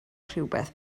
rhywbeth